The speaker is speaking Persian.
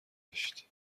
بهشت